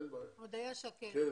הודיה שקד מההסתדרות.